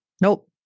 nope